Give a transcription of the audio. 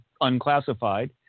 unclassified